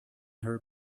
her